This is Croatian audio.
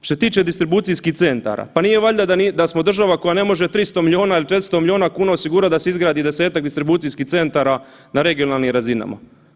Što se tiče distribucijskih centara, pa nije valjda da smo država koja ne može 300 milijuna ili 400 milijuna osigurati da se izgradi desetak distribucijskih centara na regionalnim razinama.